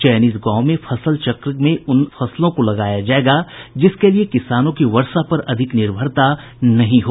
चयनित गांवों में फसल चक्र में उन फसलों को लगाया जायेगा जिसके लिए किसानों की वर्षा पर अधिक निर्भरता नहीं हो